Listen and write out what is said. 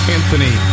Anthony